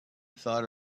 thought